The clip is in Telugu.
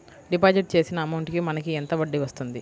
డిపాజిట్ చేసిన అమౌంట్ కి మనకి ఎంత వడ్డీ వస్తుంది?